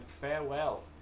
farewell